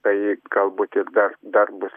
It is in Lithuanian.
tai kalbu tik dar darbus